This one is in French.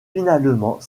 finalement